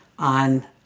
on